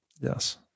Yes